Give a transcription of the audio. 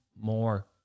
more